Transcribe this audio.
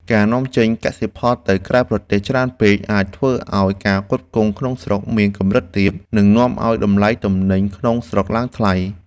ការនាំចេញកសិផលទៅក្រៅប្រទេសច្រើនពេកអាចធ្វើឱ្យការផ្គត់ផ្គង់ក្នុងស្រុកមានកម្រិតទាប និងនាំឱ្យតម្លៃទំនិញក្នុងស្រុកឡើងថ្លៃ។